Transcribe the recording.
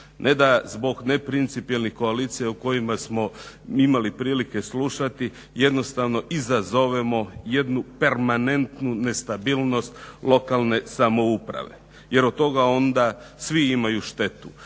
ne da zbog ne principijelnih koalicija u kojima smo imali prilike slušali jednostavno izazovemo jednu permanentnu nestabilnost lokalne samouprave jer od toga onda svi imaju štetu